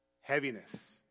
heaviness